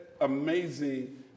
amazing